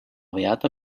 beata